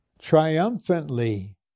triumphantly